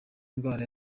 indwara